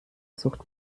sucht